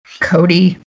Cody